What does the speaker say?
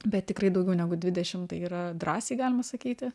bet tikrai daugiau negu dvidešim tai yra drąsiai galima sakyti